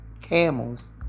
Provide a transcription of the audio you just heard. camels